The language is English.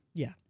yeah.